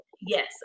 yes